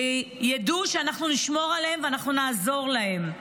שידעו שאנחנו נשמור עליהם ואנחנו נעזור להם.